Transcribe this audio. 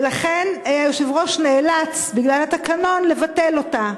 ולכן היושב-ראש נאלץ, בגלל התקנון, לבטל אותה.